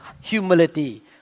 humility